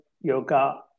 yoga